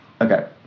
Okay